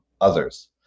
others